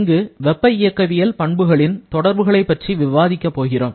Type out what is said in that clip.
இங்கு வெப்ப இயக்கவியல் பண்புகளின் தொடர்புகளை பற்றி விவாதிக்கப் போகிறோம்